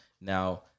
Now